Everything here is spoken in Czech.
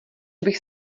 bych